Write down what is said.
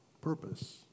purpose